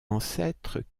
ancêtres